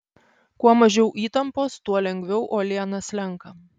kuo mažiau įtampos tuo lengviau uoliena slenka